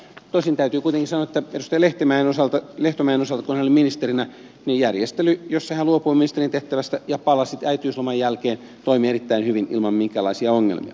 tosin täytyy kuitenkin sanoa että edustaja lehtomäen osalta kun hän oli ministerinä järjestely jossa hän luopui ministerin tehtävästä ja palasi äitiysloman jälkeen toimi erittäin hyvin ilman minkäänlaisia ongelmia